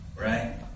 right